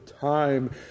time